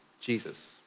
Jesus